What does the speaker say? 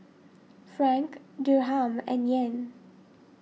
Franc Dirham and Yen